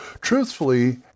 Truthfully